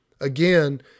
again